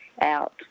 out